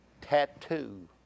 tattoo